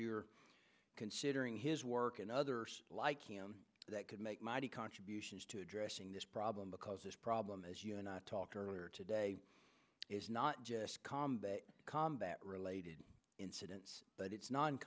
you're considering his work and others like him that could make mighty contributions to addressing this problem because this problem as you and i talked earlier today is not just combat combat related incidents but it's no